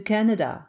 Canada